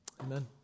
Amen